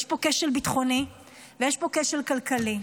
יש פה כשל ביטחוני ויש פה כשל כלכלי.